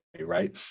right